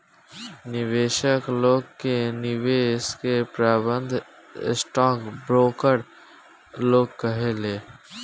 निवेशक लोग के निवेश के प्रबंधन स्टॉक ब्रोकर लोग करेलेन